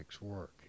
work